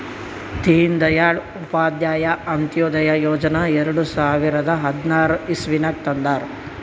ದೀನ್ ದಯಾಳ್ ಉಪಾಧ್ಯಾಯ ಅಂತ್ಯೋದಯ ಯೋಜನಾ ಎರಡು ಸಾವಿರದ ಹದ್ನಾರ್ ಇಸ್ವಿನಾಗ್ ತಂದಾರ್